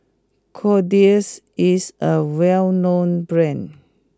Kordel's is a well known brand